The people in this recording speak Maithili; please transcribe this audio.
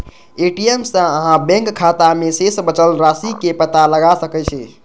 ए.टी.एम सं अहां बैंक खाता मे शेष बचल राशिक पता लगा सकै छी